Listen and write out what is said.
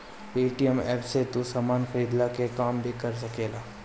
Paytm app से तू सामान खरीदला के काम भी कर सकेला